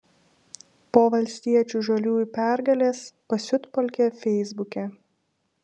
po valstiečių žaliųjų pergalės pasiutpolkė feisbuke